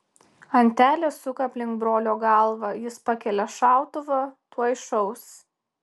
antelė suka aplink brolio galvą jis pakelia šautuvą tuoj šaus